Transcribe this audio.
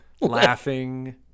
laughing